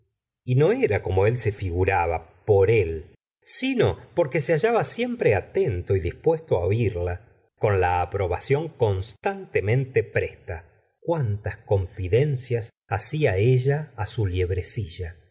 y no era como él se figuraba por el si no porque se hallaba siempre atento y dispuesto á oírla con la aprobación constantemente presta cuántas confidencias hacia ella á su